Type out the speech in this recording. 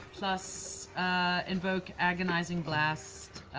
plus invoke agonizing blast,